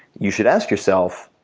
you should ask yourself,